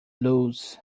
blues